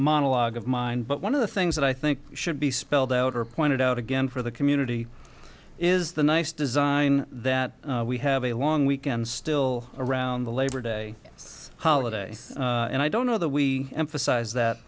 monologue of mine but one of the things that i think should be spelled out are pointed out again for the community is the nice design that we have a long weekend still around the labor day holiday and i don't know that we emphasize that